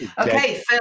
Okay